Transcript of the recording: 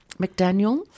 McDaniel